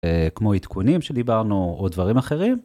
כמו עדכונים שדיברנו או דברים אחרים.